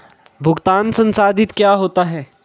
भुगतान संसाधित क्या होता है?